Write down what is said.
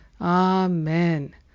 Amen